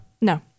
No